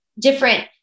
different